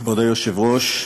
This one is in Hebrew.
כבוד היושב-ראש,